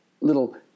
little